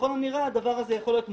וככל הנראה הדבר הזה יכול להיות מוטה,